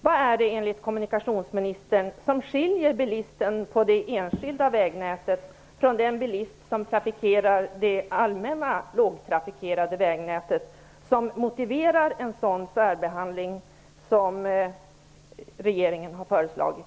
Vad är det enligt kommunikationsministern som skiljer bilisten på det enskilda vägnätet från den bilist som trafikerar det allmänna lågtrafikerade vägnätet, som motiverar en sådan särbehandling som regeringen har föreslagit?